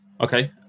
Okay